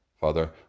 Father